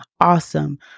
awesome